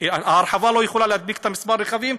וההרחבה לא יכולה להדביק את מספר הרכבים,